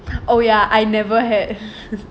oh ya I never had